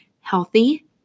healthy